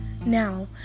now